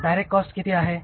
direct cost किती आहे